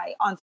on